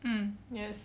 mm yes